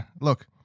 look